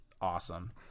awesome